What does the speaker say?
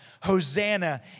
Hosanna